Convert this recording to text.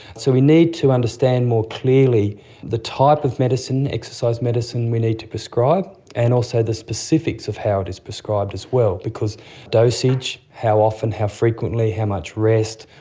so we need to understand more clearly the type of exercise medicine exercise medicine we need to prescribe, and also the specifics of how it is prescribed as well, because dosage, how often, how frequently, how much rest,